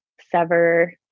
sever